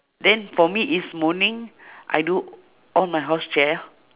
then for me is morning I do all my house chair